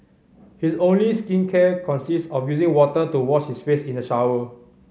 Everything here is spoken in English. his only skincare consists of using water to wash his face in the shower